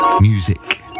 Music